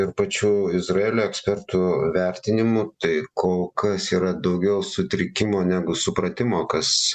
ir pačių izraelio ekspertų vertinimu tai kol kas yra daugiau sutrikimo negu supratimo kas